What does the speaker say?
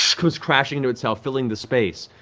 comes crashing into itself, filling the space.